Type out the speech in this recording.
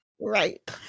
Right